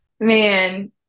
Man